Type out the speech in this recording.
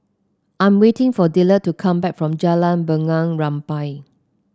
I'm waiting for Dillard to come back from Jalan Bunga Rampai